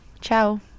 ciao